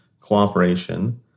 cooperation